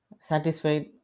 satisfied